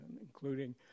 including